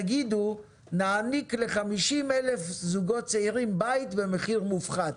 תגידו: נעניק ל-50,000 זוגות צעירים בית במחיר מופחת,